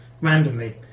randomly